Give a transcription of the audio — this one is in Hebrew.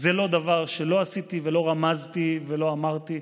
זה דבר שלא עשיתי, לא רמזתי ולא אמרתי,